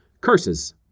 curses